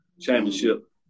championship